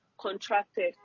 contracted